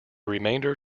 remainder